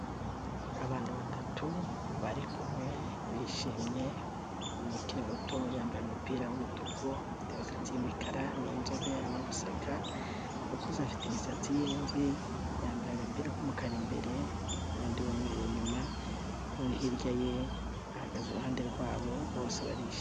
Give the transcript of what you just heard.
Abantu batatu bari kumwe bishimye, umuntu ukiri muto yambaye umupira w'umutuku, ufite imisatsi y'umukara, ni inzobe arimo guseka, ukuze afite imisatsi y'imvi yambaye agapira k'umukara imbere, n'undi w'umweru inyuma, uri hirya ye ahagaze iruhande rwabo bose barishimye.